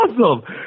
Awesome